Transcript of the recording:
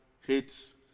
hates